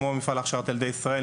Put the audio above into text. כמו המפעל להכשרת ילדי ישראל,